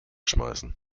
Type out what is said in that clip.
schmeißen